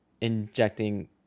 injecting